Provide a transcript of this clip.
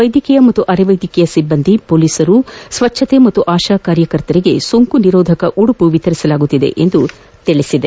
ವೈದ್ಯಕೀಯ ಹಾಗೂ ಅರೆವೈದ್ಯಕೀಯ ಸಿಬ್ಬಂದಿ ಪೊಲೀಸರು ಸ್ವಚ್ಯತ ಹಾಗೂ ಆಶಾ ಕಾರ್ಯಕರ್ತರಿಗೆ ಸೋಂಕು ನಿರೋಧಕ ಉಡುಪು ವಿತರಣೆ ಮಾಡಲಾಗುತ್ತಿದೆ ಎಂದು ತಿಳಿಸಿದೆ